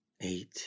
eight